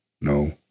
No